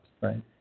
Right